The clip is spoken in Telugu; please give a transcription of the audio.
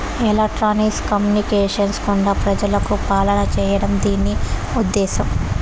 ఎలక్ట్రానిక్స్ కమ్యూనికేషన్స్ గుండా ప్రజలకు పాలన చేయడం దీని ఉద్దేశం